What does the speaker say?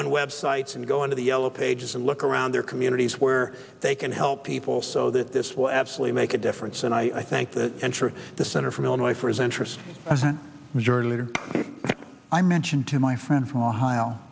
on websites and go into the yellow pages and look around their communities where they can help people so that this will absolutely make a difference and i think that ensure the center from illinois for his interest as majority leader i mentioned to my friend from ohio